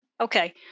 Okay